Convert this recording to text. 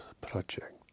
project